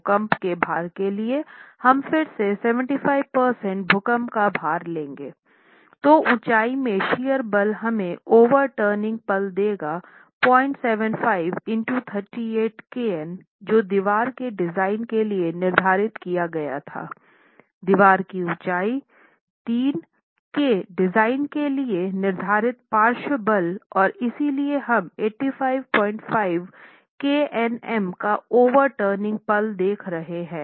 भूकंप के भार के लिए हम फिर से 75 प्रतिशत भूकंप का भार लेंगे तो ऊंचाई में शियरबल हमें ओवर टर्निंग पल देगा 075 x 38 kN जो दीवार के डिज़ाइन के लिए निर्धारित किया गया था दीवार की ऊंचाई 3 के डिज़ाइन के लिए निर्धारित पार्श्व बल और इसलिए हम 855 kNm का ओवर टर्निंग पल देख रहे हैं